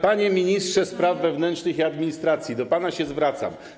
Panie ministrze spraw wewnętrznych i administracji, do pana się zwracam.